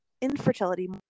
infertility